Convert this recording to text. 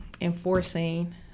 enforcing